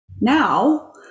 Now